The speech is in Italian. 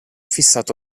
fissato